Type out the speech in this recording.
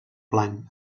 blanc